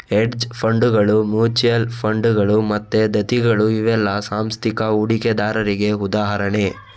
hedge ಫಂಡುಗಳು, mutual ಫಂಡುಗಳು ಮತ್ತೆ ದತ್ತಿಗಳು ಇವೆಲ್ಲ ಸಾಂಸ್ಥಿಕ ಹೂಡಿಕೆದಾರರಿಗೆ ಉದಾಹರಣೆ